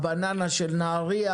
דיברת על הבננה של נהרייה,